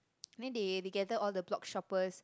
I mean they they gather all the blogshoppers